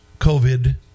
COVID